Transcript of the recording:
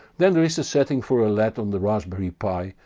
then there is a setting for a led on the raspberry pi,